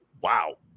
Wow